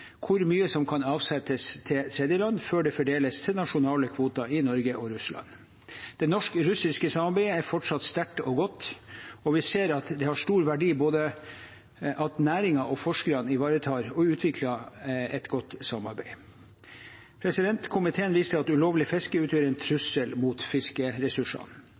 hvor mye som kan avsettes til tredjeland, før det fordeles til nasjonale kvoter i Norge og Russland. Det norsk-russiske samarbeidet er fortsatt sterkt og godt, og vi ser at det har stor verdi at næringen og forskerne ivaretar og utvikler et godt samarbeid. Komiteen viser til at ulovlig fiske utgjør en trussel mot fiskeressursene.